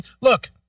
look